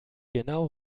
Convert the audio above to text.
genau